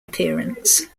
appearance